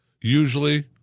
Usually